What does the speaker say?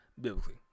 biblically